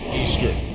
eastern.